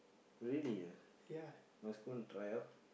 really ah must go and try out